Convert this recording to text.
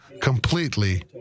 completely